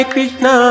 Krishna